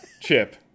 Chip